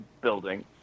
building